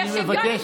אני מבקש,